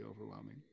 overwhelming